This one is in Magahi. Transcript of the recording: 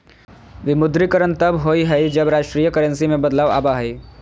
विमुद्रीकरण तब होबा हइ, जब राष्ट्रीय करेंसी में बदलाव आबा हइ